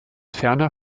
ferner